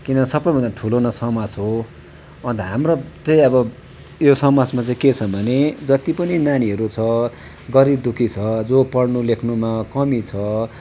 किन सबैभन्दा ठुलो न समाज हो अन्त हाम्रो चाहिँ अब यो समाजमा चाहिँ के छ भने जति पनि नानीहरू छ गरिबदुःखी छ जो पढ्नुलेख्नुमा कमी छ